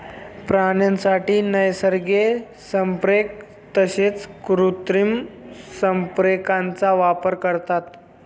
प्राण्यांसाठी नैसर्गिक संप्रेरक तसेच कृत्रिम संप्रेरकांचा वापर करतात